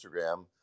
Instagram